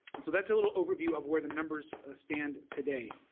and so that's a little overview of where the numbers stand today.